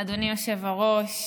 אדוני היושב-ראש.